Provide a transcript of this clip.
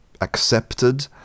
accepted